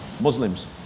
Muslims